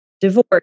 divorce